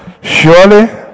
surely